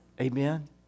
Amen